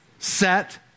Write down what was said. Set